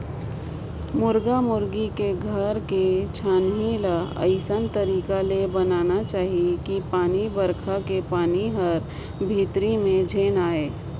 मुरगा मुरगी के घर के छानही ल अइसन तरीका ले बनाना चाही कि पानी बइरखा के पानी हर भीतरी में झेन आये